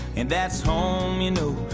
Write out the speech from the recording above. and that's home, you know.